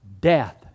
death